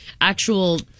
actual